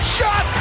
shot